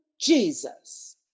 Jesus